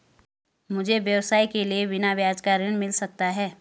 मुझे व्यवसाय के लिए बिना ब्याज का ऋण मिल सकता है?